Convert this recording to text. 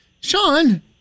sean